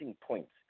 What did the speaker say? points